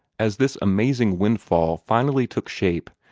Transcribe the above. as this amazing windfall finally took shape,